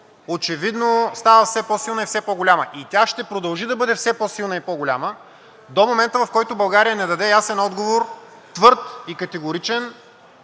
очевидно, става все по-силна и все по-голяма. И тя ще продължи да бъде все по-силна и по-голяма до момента, в който България не даде ясен отговор – твърд и категоричен,